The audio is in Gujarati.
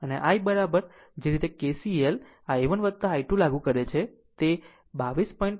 અને I જે રીતે KCL I 1 I 2 લાગુ કરે છે તે 22